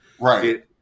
Right